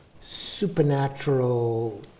supernatural